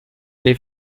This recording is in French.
les